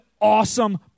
awesome